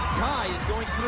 ty is going